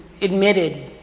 admitted